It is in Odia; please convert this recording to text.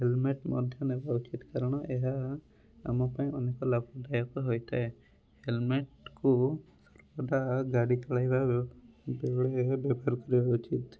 ହେଲମେଟ୍ ମଧ୍ୟ ନେବା ଉଚିତ୍ କାରଣ ଏହା ଆମ ପାଇଁ ଅନେକ ଲାଭ ଦାୟକ ହୋଇଥାଏ ହେଲମେଟ୍କୁ ସର୍ବଦା ଗାଡ଼ି ଚଳାଇବା ବେ ବେଳେ ବ୍ୟବହାର କରିବା ଉଚିତ୍